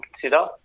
consider